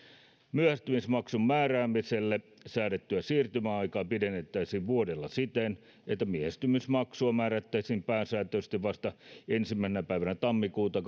myöhästymismaksun määräämiselle säädettyä siirtymäaikaa pidennettäisiin vuodella siten että myöhästymismaksua määrättäisiin pääsääntöisesti vasta ensimmäisenä päivänä tammikuuta